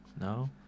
no